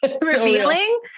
revealing